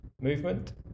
movement